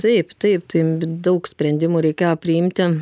taip taip taip b daug sprendimų reikėjo priimti